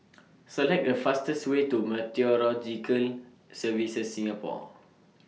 Select The fastest Way to Meteorological Services Singapore